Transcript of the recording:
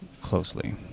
closely